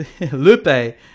Lupe